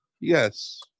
yes